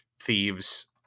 thieves